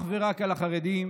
רק על החרדים,